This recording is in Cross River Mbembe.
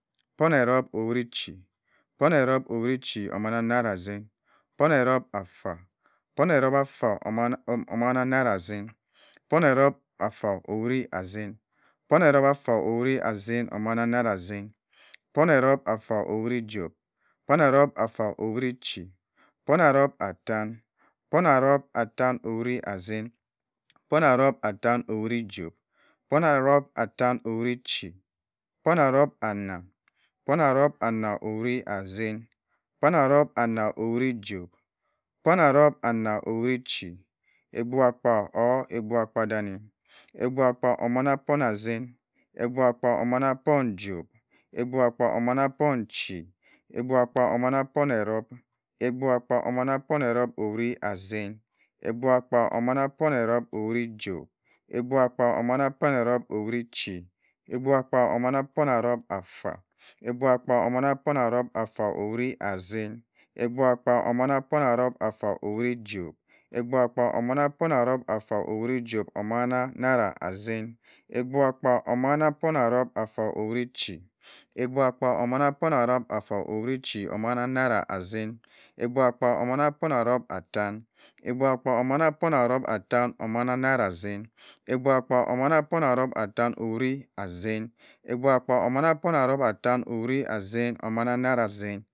Abgubha kpa omanna po erop attan owit johb abgubha kpa omanna po erop attan owit johb omanna naira asin abgubha kpa omanna po erop attan owit chi abgubha kpa omanna po erop attan owit chi abgubha kpa omanna po erop attan owit chi omann a naira asan, abgubha kpa omann po anna abgubha kpa omanna po erop anna omanna naira asan abgubha kpa omanna po anna abgubha kpa omanna po erop anna omanna naira asan abgubha kpa omanna po erop omanna naira achi abgubha kpa omanna po erop anna owit cho omanna naira asin, abgubha kpa po erop anna owit chi abgubha kpa afa abgubh kpa afa omanna naira asin abgubha kpa omanna po asin afa owit ciri johb abgubha kpa afa omanna po johb, abgubha kpa afa omanna po johb owit ciri johb abgubha kpa afa omanna po chi abgubha kpa afa omanna po chi owit ciri johb abgubha kpa afo owit po erop abgubha kpa afa owit po erop omanna naira asin abgubha kpa ata owit po erop owit asin abgubha kpa afa owit po erop owit asin omanna naira asin abgubha kpa afa owit po erop owit johb abgubha kpa afa owit po erop owit johb omanna naira asin